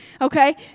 Okay